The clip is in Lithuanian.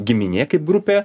giminė kaip grupė